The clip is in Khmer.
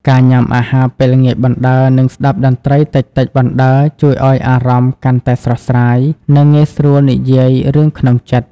ការញ៉ាំអាហារពេលល្ងាចបណ្ដើរ និងស្ដាប់តន្ត្រីតិចៗបណ្ដើរ ជួយឱ្យអារម្មណ៍កាន់តែស្រស់ស្រាយ និងងាយស្រួលនិយាយរឿងក្នុងចិត្ត។